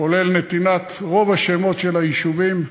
כולל נתינת רוב השמות של היישובים,